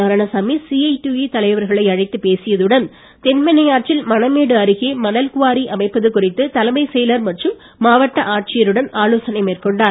Narayanasamy CID தலைவர்களை அழைத்து பேசியதுடன் தென்பண்ணையாற்றில் மணமேடு அருகே மணல் குவாரி அமைப்பது குறித்து தலைமைச் செயலர் மற்றும் மாவட்ட ஆட்சியருடனும் ஆலோசனை மேற்கொண்டார்